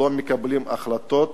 לא מקבלים החלטות,